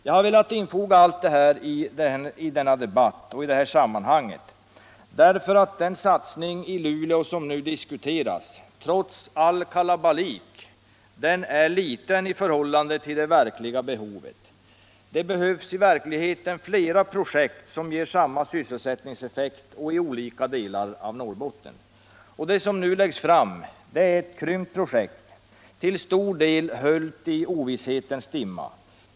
Jag har velat infoga allt detta i det här sammanhanget, därför att den satsning i Luleå som nu diskuteras trots all kalabalik är liten i förhållande till det verkliga behovet. Det behövs i verkligheten flera projekt i olika delar av Norrbotten som ger samma sysselsättningseffekt. Det som nu framläggs är ett krympt projekt, till stor del höljt i ovisshetens dimma.